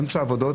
אמצע עבודות,